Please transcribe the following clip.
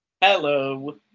Hello